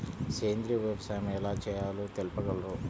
సేంద్రీయ వ్యవసాయం ఎలా చేయాలో తెలుపగలరు?